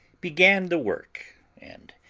began the work, and,